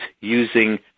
using